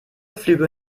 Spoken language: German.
flüge